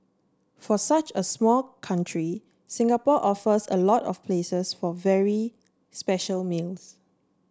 for such a small country Singapore offers a lot of places for very special meals